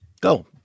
Go